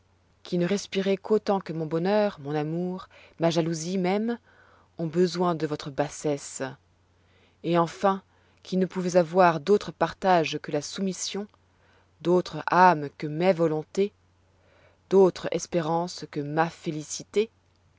qui ne respirez qu'autant que mon bonheur mon amour ma jalousie même ont besoin de votre bassesse et enfin qui ne pouvez avoir d'autre partage que la soumission d'autre âme que mes volontés d'autre espérance que ma félicité